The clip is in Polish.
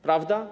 Prawda?